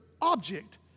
object